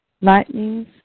Lightnings